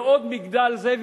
ועוד מגדל זה,